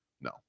No